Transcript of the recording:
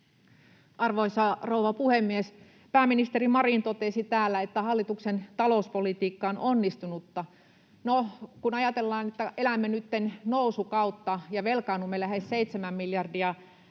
Arvoisa rouva puhemies! Pääministeri Marin totesi täällä, että hallituksen talouspolitiikka on onnistunutta. No, kun ajatellaan, että elämme nytten nousukautta ja velkaannumme lähes 7 miljardia vuodessa,